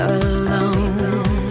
alone